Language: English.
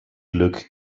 look